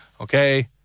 Okay